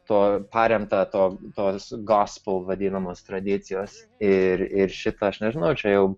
to paremta to tos gaspel vadinamos tradicijos ir ir šitą aš nežinau čia jau